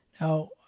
Now